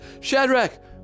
Shadrach